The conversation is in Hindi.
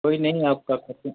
कोई नहीं आपका पसंद